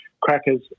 crackers